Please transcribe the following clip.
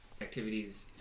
activities